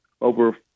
over